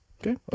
Okay